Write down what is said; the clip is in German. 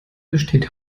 besteht